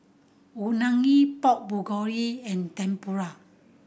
Unagi Pork Bulgogi and Tempura